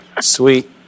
Sweet